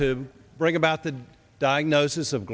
to bring about the diagnosis of